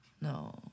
No